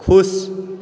खुश